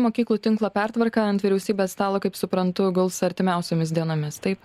mokyklų tinklo pertvarka ant vyriausybės stalo kaip suprantu guls artimiausiomis dienomis taip